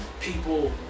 people